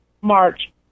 march